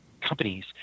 companies